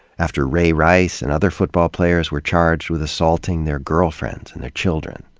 after ray rice and other football players were charged with assaulting their girlfriends and their children.